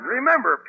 Remember